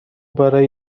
برای